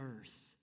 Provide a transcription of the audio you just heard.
earth